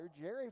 Jerry